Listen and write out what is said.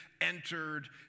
entered